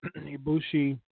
Ibushi